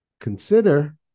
consider